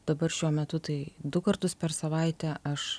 dabar šiuo metu tai du kartus per savaitę aš